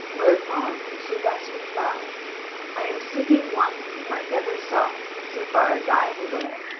whereupon, she thus replied i am seeking one whom i never saw, so far as i am aware,